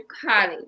college